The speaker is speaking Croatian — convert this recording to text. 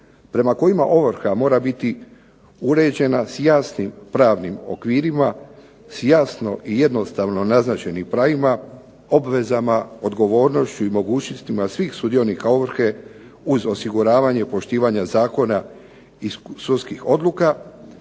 prema kojima ovrha mora biti uređena s jasnim pravnim okvirima, s jasno i jednostavno naznačenim pravima, obvezama, odgovornošću i mogućnostima svih sudionika ovrhe uz osiguravanje poštivanja zakona i sudskih odluka